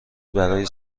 برای